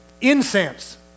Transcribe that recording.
incense